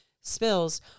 spills